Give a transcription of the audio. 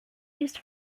used